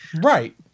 right